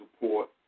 support